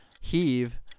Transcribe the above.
heave